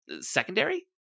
secondary